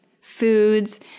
foods